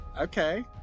okay